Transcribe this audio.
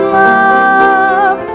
love